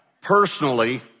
Personally